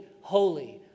holy